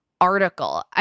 Article